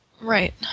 Right